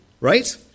right